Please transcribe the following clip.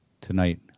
Tonight